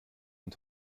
und